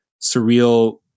surreal